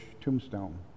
tombstone